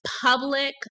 public